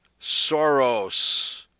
Soros